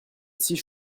six